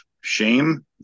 shame